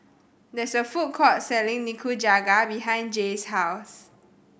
there is a food court selling Nikujaga behind Jaye's house